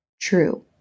true